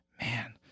man